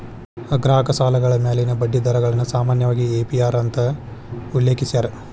ಗ್ರಾಹಕ ಸಾಲಗಳ ಮ್ಯಾಲಿನ ಬಡ್ಡಿ ದರಗಳನ್ನ ಸಾಮಾನ್ಯವಾಗಿ ಎ.ಪಿ.ಅರ್ ಅಂತ ಉಲ್ಲೇಖಿಸ್ಯಾರ